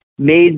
made